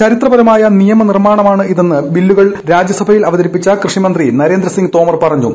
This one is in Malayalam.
ചരിത്രപരമായ നിയമനിർമാണമാണ് ഇതെന്ന് ബില്ലുകൾ രാജ്യസഭയിൽ അവതരിപ്പിച്ച കൃഷിമന്ത്രി നരേന്ദ്ര സിങ് തോമർ പറഞ്ഞു